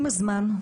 עם הזמן,